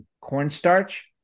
cornstarch